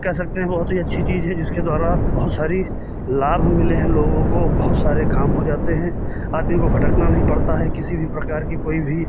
कह सकते हैं बहुत ही अच्छी चीज है जिसके द्वारा बहुत सारी लाभ मिले हैं लोगों को बहुत सारे काम हो जाते हैं आदमी को भटकना नहीं पड़ता है किसी भी प्रकार की कोई भी